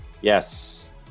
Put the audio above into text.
Yes